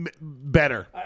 Better